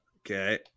Okay